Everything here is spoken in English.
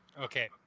Okay